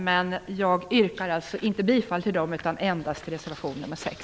Men jag yrkar inte bifall till dem utan endast till reservation nr 6.